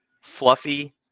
fluffy